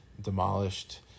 demolished